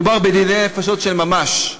מדובר בדיני נפשות של ממש.